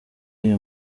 iyi